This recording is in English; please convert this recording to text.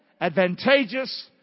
advantageous